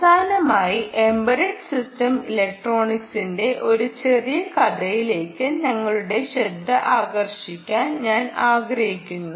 അവസാനമായി embedded system ഇലക്ട്രോണിക്സിന്റെ ഒരു ചെറിയ കഥയിലേക്ക് നിങ്ങളുടെ ശ്രദ്ധ ആകർഷിക്കാൻ ഞാൻ ആഗ്രഹിക്കുന്നു